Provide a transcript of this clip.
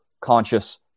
conscious